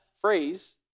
phrase